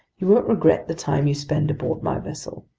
you won't regret the time you spend aboard my vessel.